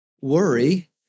Worry